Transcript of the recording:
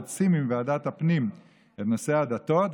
להוציא מוועדת הפנים את נושא הדתות.